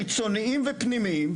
חיצוניים ופנימיים,